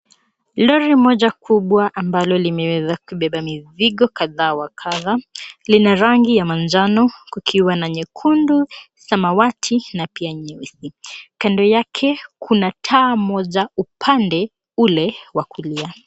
Lori moja kubwa ambalo limeweza kubeba mizigo kadha wa kadhaa, lina rangi ya manjano kukiwa na nyekundu, samawati na pia nyeusi. Kando yake kuna taa moja kule upande wa kulia.